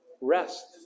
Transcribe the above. Rest